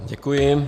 Děkuji.